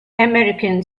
american